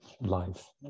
life